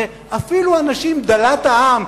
שאפילו אנשים דלת העם,